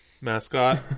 mascot